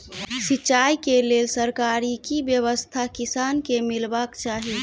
सिंचाई केँ लेल सरकारी की व्यवस्था किसान केँ मीलबाक चाहि?